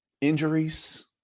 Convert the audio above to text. injuries